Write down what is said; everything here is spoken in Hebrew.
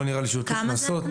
לא נראה לי שהוטלו קנס.